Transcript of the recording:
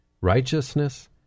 righteousness